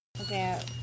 Okay